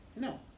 no